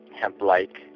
hemp-like